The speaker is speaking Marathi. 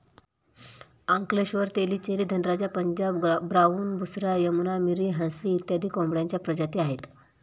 अंकलेश्वर, तेलीचेरी, धनराजा, पंजाब ब्राऊन, बुसरा, यमुना, मिरी, हंसली इत्यादी कोंबड्यांच्या प्रजाती आहेत